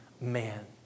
man